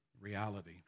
reality